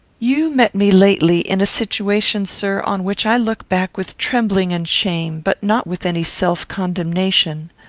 you met me lately, in a situation, sir, on which i look back with trembling and shame, but not with any self-condemnation.